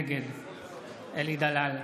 נגד אלי דלל,